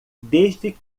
desde